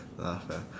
laugh eh